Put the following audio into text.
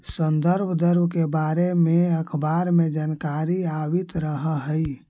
संदर्भ दर के बारे में अखबार में जानकारी आवित रह हइ